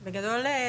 בגדול,